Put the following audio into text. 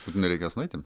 būtinai reikės nueiti